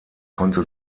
konnte